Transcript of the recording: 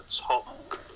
top